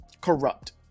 corrupt